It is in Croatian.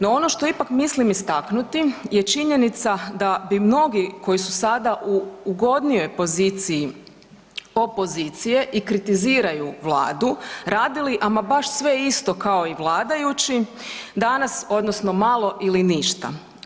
No ono što ipak mislim istaknuti je činjenica da bi mnogi koji su sada u ugodnijoj poziciji opozicije i kritiziraju vladu radili ama baš sve isto kao i vladajući danas odnosno malo ili ništa.